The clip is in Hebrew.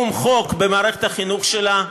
מבחינת קיום חוק במערכת החינוך שלה.